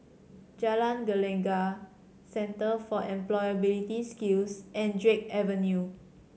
Jalan Gelegar Centre for Employability Skills and Drake Avenue